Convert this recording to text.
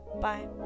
bye